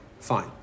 Fine